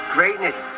Greatness